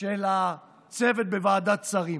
של הצוות בוועדת השרים.